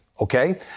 okay